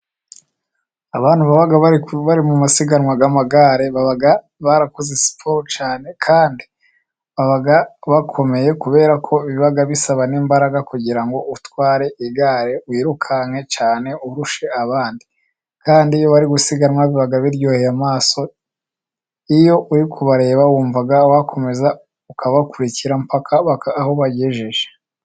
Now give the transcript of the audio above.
Abantu baba bari mu masiganwa y'amagare baba barakoze sporo cyane kandi bakomeye kubera ko biba bisaba n'imbaraga kugira ngo utware igare wirukanke cyane urusha abandi. Kandi iyo bari gusiganwa biba biryoheye amaso, iyo uri kubareba wumva wakomeza ukabakurikira aho bagejeje.